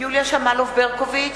יוליה שמאלוב-ברקוביץ,